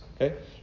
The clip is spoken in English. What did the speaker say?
Okay